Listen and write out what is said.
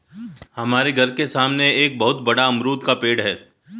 हमारे घर के सामने एक बहुत बड़ा अमरूद का पेड़ है